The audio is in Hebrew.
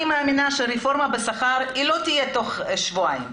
אני מאמינה שרפורמה בשכר לא תהיה תוך שבועיים,